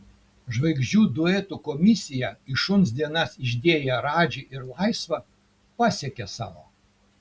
žvaigždžių duetų komisiją į šuns dienas išdėję radži ir laisva pasiekė savo